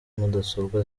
mudasobwa